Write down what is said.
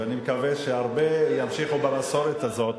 ואני מקווה שהרבה ימשיכו במסורת הזאת,